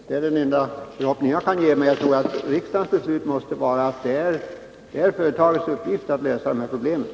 Det är den enda förhoppning jag uttalar, men riksdagens beslut måste innebära att det är företagets uppgift att självt lösa de här problemen.